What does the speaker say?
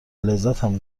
لذتم